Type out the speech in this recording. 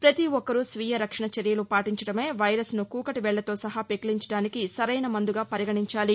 పతి ఒక్కరూ స్వీయ రక్షణ చర్యలు పాటించడమే వైరస్ను కూకటివేళ్లతో సహా పెకిలించడానికి సరైన మందుగా పరిగణించాలి